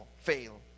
fail